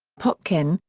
popkin,